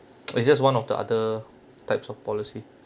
it's just one of the other types of policy